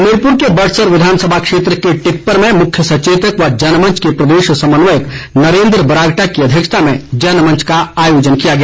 हमीरपुर के बड़सर विधानसभा क्षेत्र के टिप्पर में मुख्य सचेतक व जनमंच के प्रदेश समन्वयक नरेन्द्र बरागटा की अध्यक्षता में जनमंच का आयोजन किया गया